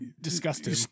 disgusting